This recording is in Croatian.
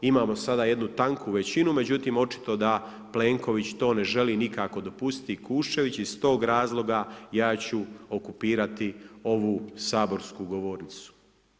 Imamo sada jednu tanku većinu međutim očito da Plenković to ne želi nikako dopustiti i Kuščević i iz tog razloga ja ću okupirati ovu saborsku govornicu.